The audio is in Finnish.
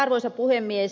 arvoisa puhemies